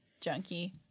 junkie